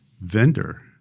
vendor